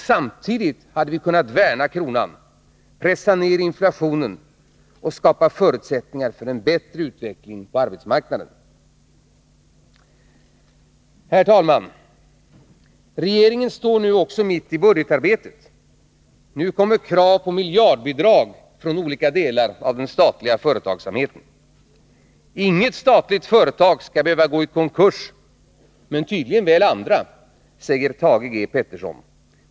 Samtidigt hade vi kunnat värna kronan, pressa ner inflationen och skapa förutsättningar för en bättre utveckling på arbetsmarknaden. Herr talman! Regeringen står nu också mitt i budgetarbetet. Nu kommer krav på miljardbidrag från olika delar av den statliga företagsamheten. Inget statligt företag skall behöva gå i konkurs — men tydligen väl andra — säger Thage G. Peterson.